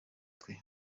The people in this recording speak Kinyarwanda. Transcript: twe